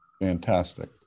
Fantastic